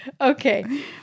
Okay